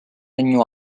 renew